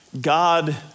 God